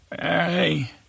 Hey